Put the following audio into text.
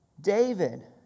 David